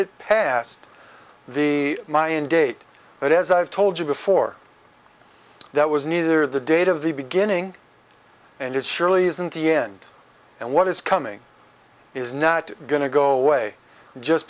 it past the mayan date but as i've told you before that was neither the date of the beginning and it surely isn't the end and what is coming is not going to go away just